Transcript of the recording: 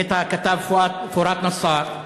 לפי כתבה מאת הכתב פוראת נסאר,